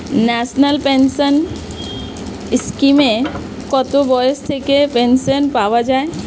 National pension স্কিমে কত বয়স থেকে পেনশন পাওয়া যায়?